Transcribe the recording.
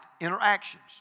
interactions